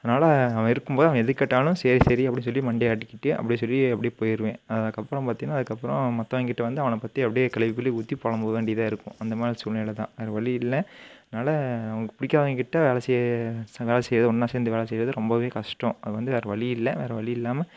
அதனால் அவன் இருக்கும்போது அவன் எது கேட்டாலும் சரி சரி அப்படி சொல்லி மண்டையை ஆட்டிகிட்டு அப்படியே சொல்லி அப்படியே போயிடுவேன் அதுக்கப்புறம் பார்த்தீங்கன்னா அதுக்கப்புறம் மற்றவிங்கிட்ட வந்து அவனை பற்றி அப்படியே கழுவி கழுவி ஊற்றி புலம்ப வேண்டியதாக இருக்கும் அந்த மாதிரி சூழ்நிலை தான் வேறு வழி இல்லை அதனால உங்களுக்கு பிடிக்காதவிங்கிட்ட வேலை செய் ஸ் வேலை செய்வது ஒன்றா சேர்ந்து வேலை செய்வது ரொம்பவே கஷ்டம் அது வந்து வேறு வழி இல்லை வேறு வழி இல்லாமல்